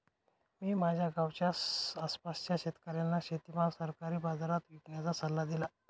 मी माझ्या गावाच्या आसपासच्या शेतकऱ्यांना शेतीमाल सरकारी बाजारात विकण्याचा सल्ला दिला